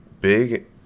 big